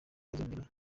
bazongera